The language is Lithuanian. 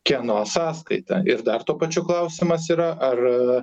kieno sąskaita ir dar tuo pačiu klausimas yra ar